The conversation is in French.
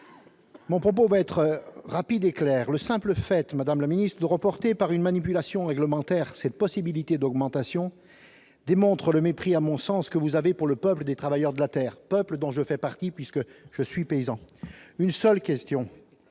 Mon propos sera rapide et clair : le simple fait, madame la ministre, de reporter par une manipulation réglementaire cette possibilité d'augmentation démontre, à mon sens, le mépris que vous avez pour le peuple des travailleurs de la terre, peuple dont je fais partie puisque je suis paysan. Une seule question